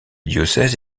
diocèse